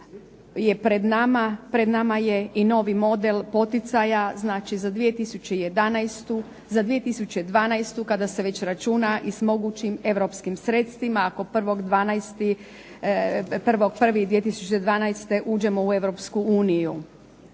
pred nama je i novi model poticaja, znači za 2011., za 2012., kada se već računa i s mogućim europskim sredstvima, ako 1.1.2012. uđemo u Europsku uniju.